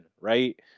right